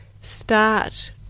start